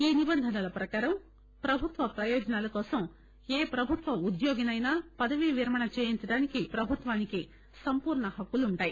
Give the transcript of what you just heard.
ఈ నిబంధనల ప్రకారం ప్రభుత్వ ప్రయోజనాల కోసం ఏ ప్రభుత్వ ఉద్యోగినైనా పదవీ విరమణ చేయించడానికి ప్రభుత్వానికి సంపూర్ణ పాక్కులు ఉన్నాయి